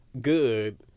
good